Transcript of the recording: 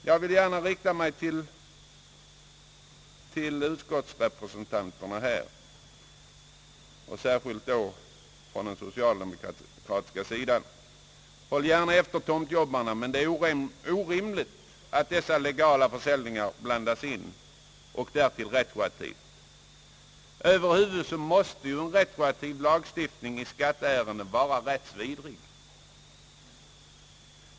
Jag vill gärna rikta mig till utskottsrepresentanterna och särskilt till de socialdemokratiska ledamöterna och säga: »Håll gärna efter tomtjobbarna, men det är orimligt att dessa legala försäljningar blandas in och därtill retroaktivt!» Över huvud taget måste ju en retroaktiv lagstiftning i skatteärenden vara rättsvidrig.